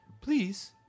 Please